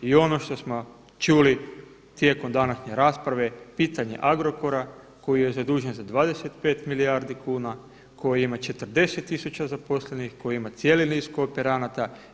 I ono što smo čuli tijekom današnje rasprave pitanje Agrokora koji je zadužen za 25 milijardi kuna, koji ima 40 tisuća zaposlenih, koji ima cijeli niz kooperanata.